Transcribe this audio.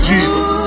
Jesus